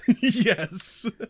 Yes